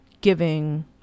giving